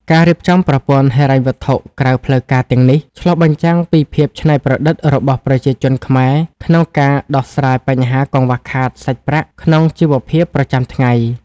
ការរៀបចំប្រព័ន្ធហិរញ្ញវត្ថុក្រៅផ្លូវការទាំងនេះ ឆ្លុះបញ្ចាំងពីភាពច្នៃប្រឌិតរបស់ប្រជាជនខ្មែរក្នុងការដោះស្រាយបញ្ហាកង្វះខាតសាច់ប្រាក់ក្នុងជីវភាពប្រចាំថ្ងៃ។